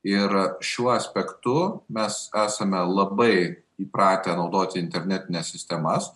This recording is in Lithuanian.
ir šiuo aspektu mes esame labai įpratę naudoti internetines sistemas